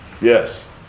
Yes